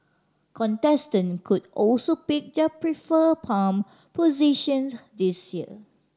contestant could also pick their preferred palm positions this year